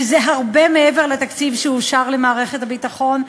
שזה הרבה מעבר לתקציב שאושר למערכת הביטחון,